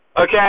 Okay